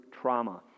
trauma